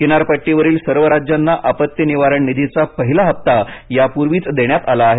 किनारपट्टीवरील सर्व राज्यांना आपत्ती निवारण निधीचा पहिला हप्ता यापूर्वीच देण्यात आला आहे